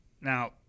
Now